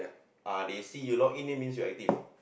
ah they see you log in that means you active